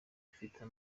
ifite